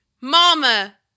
Mama